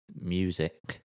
music